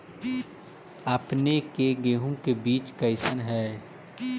अपने के गेहूं के बीज कैसन है?